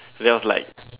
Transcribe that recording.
that was like